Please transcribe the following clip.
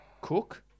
Cook